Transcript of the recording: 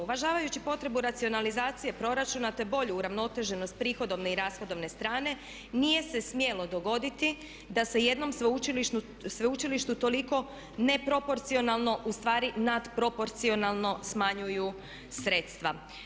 Uvažavajući potrebu racionalizacije proračuna te bolju uravnoteženost prihodovne i rashodovne strane nije se smjelo dogoditi da se jednom sveučilištu toliko neproporcionalno ustvari natproporcionalno smanjuju sredstva.